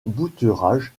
bouturage